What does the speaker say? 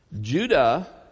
Judah